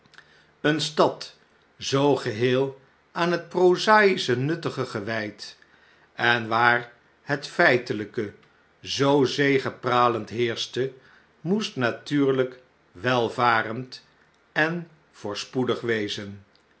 eene stad zoo geheel aan het prozaisch nuttige gewijd en waar het feitelijke zoo zegepralend heerschte moest natuurlijk welvarend en voorspoedig wezen